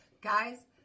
Guys